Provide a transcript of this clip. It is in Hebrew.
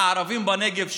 מה, הערבים בנגב שקופים,